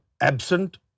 absent